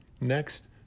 Next